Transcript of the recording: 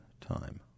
time